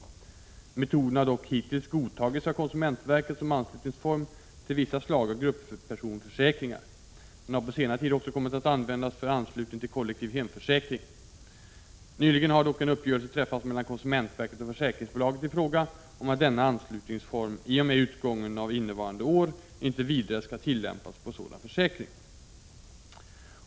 Metoden har dock hittills godtagits av konsumentverket som anslutningsform beträffande vissa slag av gruppersonförsäkringar. Den har på senare tid också kommit att användas för anslutning till kollektiv hemförsäkring. Nyligen har dock en uppgörelse träffats mellan konsumentverket och försäkringsbolaget i fråga om att denna anslutningsform i och med utgången av innevarande år inte vidare skall tillämpas på sådan försäkring.